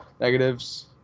negatives